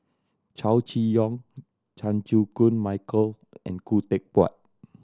Chow Chee Yong Chan Chew Koon Michael and Khoo Teck Puat